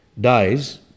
dies